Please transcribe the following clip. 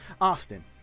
Austin